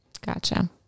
Gotcha